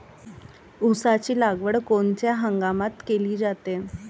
ऊसाची लागवड कोनच्या हंगामात केली जाते?